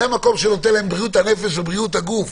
זה המקום שנותן להם בריאות הנפש ובריאות הגוף.